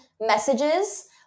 messages